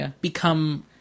become